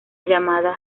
llamada